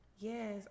Yes